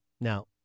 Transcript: Now